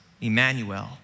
Emmanuel